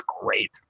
great